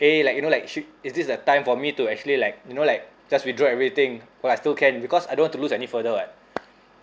eh like you know like shou~ is this the time for me to actually like you know like just withdraw everything while I still can because I don't want to lose any further [what]